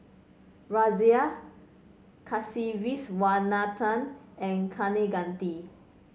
Razia Kasiviswanathan and Kaneganti